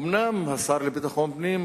אומנם השר לביטחון פנים,